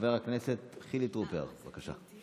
חבר הכנסת חילי טרופר, בבקשה.